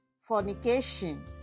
Fornication